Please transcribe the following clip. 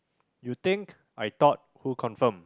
you think I thought who confirm